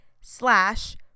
slash